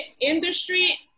industry